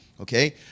Okay